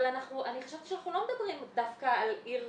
אני חשבתי שאנחנו לא מדברים דווקא על עיר גדולה,